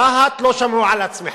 וברהט לא שמעו על הצמיחה.